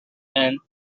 and